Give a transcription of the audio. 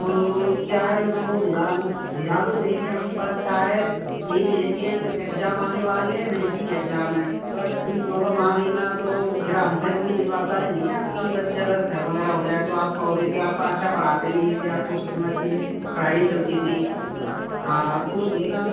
तो क्या है उसको भेजा भी भेजा तो देंगे हम पर क्या है कि यही ये है कि ये एग्जाम आने वाले हैं नज़दीक एग्जाम है तो अब कोई प्रॉब्लम आ गई ना तो फिर हम पर कोई जवाबदारी नहीं है आपकी बच्चे अगर फैल वग़ैरह हो जाएं तो आप कहोगे कि आप आच्छा पढ़ाते नहीं इतने आपके ईस्कूल में अच्छी पढ़ाई नहीं चलती ती हाँ आपको उस लेना